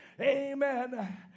Amen